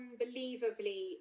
unbelievably